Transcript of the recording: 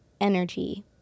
energy